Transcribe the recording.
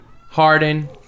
Harden